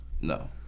No